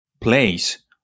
place